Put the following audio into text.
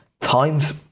times